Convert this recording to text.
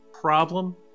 problem